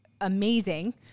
amazing